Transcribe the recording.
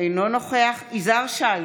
אינו נוכח יזהר שי,